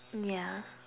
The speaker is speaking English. yeah